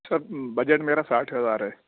سر budget میرا ساٹھ ہزار ہے